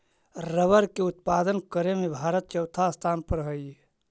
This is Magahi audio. रबर के उत्पादन करे में भारत चौथा स्थान पर हई